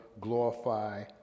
glorify